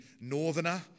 northerner